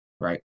right